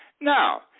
Now